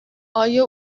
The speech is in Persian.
آیا